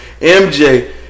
MJ